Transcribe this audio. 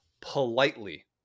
politely